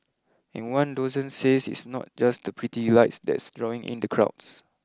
and one docent says it's not just the pretty lights that's drawing in the crowds